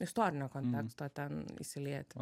istorinio konteksto ten įsilieti